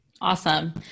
Awesome